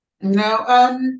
No